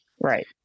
Right